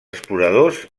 exploradors